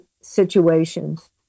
situations